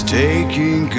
taking